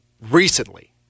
recently